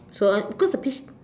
so I because the